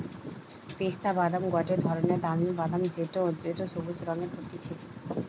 পেস্তা বাদাম গটে ধরণের দামি বাদাম যেটো সবুজ রঙের হতিছে